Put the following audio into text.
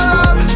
up